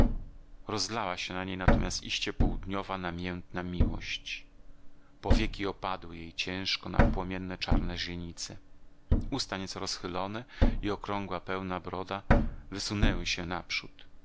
rozlała się na niej natomiast iście południowa namiętna miłość powieki opadły jej ciężko na płomienne czarne źrenice usta nieco rozchylone i okrągła pełna broda wysunęły się naprzód